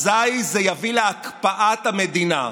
אזי זה יביא להקפאת המדינה,